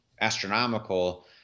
astronomical